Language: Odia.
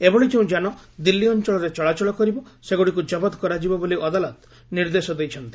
ଏଭଳି ଯେଉଁ ଯାନ ଦିଲ୍ଲୀ ଅଞ୍ଚଳରେ ଚଳାଚଳ କରିବ ସେଗୁଡ଼ିକୁ କବତ୍ କରାଯିବ ବୋଲି ଅଦାଲତ ନିର୍ଦ୍ଦେଶ ଦେଇଛନ୍ତି